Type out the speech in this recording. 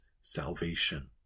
salvation